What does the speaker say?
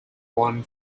one